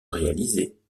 réaliser